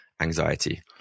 anxiety